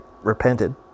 Repented